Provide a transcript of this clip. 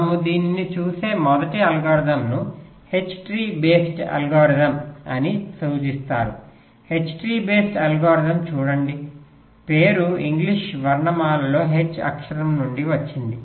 మనము దీనిని చూసే మొదటి అల్గోరిథంను H ట్రీ బేస్డ్ అల్గోరిథం అని సూచిస్తారు H ట్రీ బేస్డ్ అల్గోరిథం చూడండి పేరు ఇంగ్లీష్ వర్ణమాలలోని H అక్షరం నుండి వచ్చింది